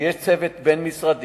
שיהיה צוות בין-משרדי.